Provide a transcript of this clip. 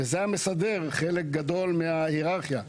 זה היה מסדר חלק גדול מההיררכיה.